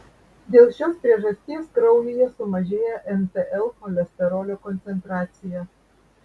dėl šios priežasties kraujyje sumažėja mtl cholesterolio koncentracija